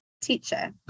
teacher